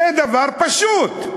זה דבר פשוט.